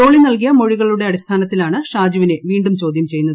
ജോളി നൽകിയ മൊഴികളുടെ അടിസ്ഥാനത്തിലാണ് ഷാജുവിനെ വീണ്ടും ചോദ്യം ചെയ്യുന്നത്